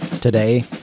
Today